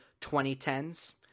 2010s